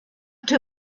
two